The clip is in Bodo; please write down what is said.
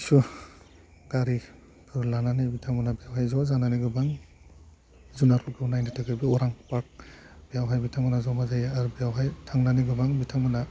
किसु गारिफोर लानानै बिथांमोनहा बेवहाय ज' जानानै गोबां जुनारफोरखौ नायनो थाखाय बे अरां पार्क बेयावहाय बिथांमोनहा जमा जायो आरो बेयावहाय थांनानै गोबां बिथांमोनहा